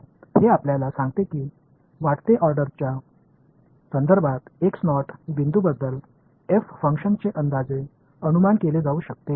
तर हे आपल्याला सांगते की वाढते ऑर्डरच्या संदर्भात बिंदूबद्दल f फंक्शनचे अंदाजे अनुमान केले जाऊ शकते